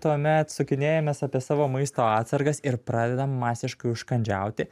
tuomet sukinėjamės apie savo maisto atsargas ir pradedam masiškai užkandžiauti